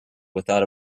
without